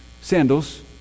sandals